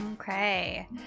Okay